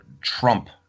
Trump